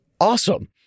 awesome